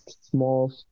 small